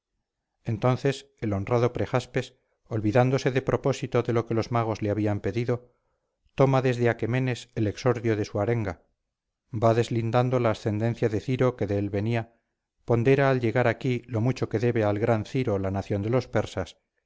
entonces el honrado prejaspes olvidándose de propósito de lo que los magos le habían pedido toma desde aquemenes el exordio de su arenga va deslindando la ascendencia de ciro que de él venía pondera al llegar aquí lo mucho que debe al gran ciro la nación de los persas